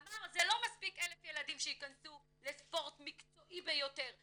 אמר "זה לא מספיק 1,000 ילדים שייכנסו לספורט מקצועי ביותר"